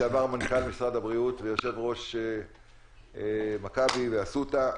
לשעבר מנכ"ל משרד הבריאות, יושב-ראש מכבי ואסותא.